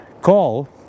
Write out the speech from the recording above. call